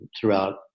throughout